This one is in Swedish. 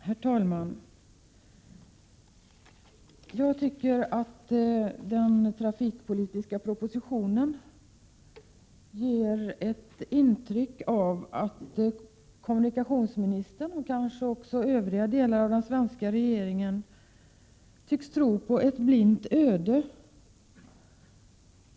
Herr talman! Jag tycker att den trafikpolitiska propositionen ger ett intryck av att kommunikationsministern, och kanske också övriga delar av den svenska regeringen, tycks tro på ett blint öde.